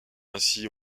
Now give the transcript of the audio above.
ainsi